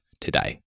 today